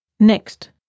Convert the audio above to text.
Next